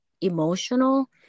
emotional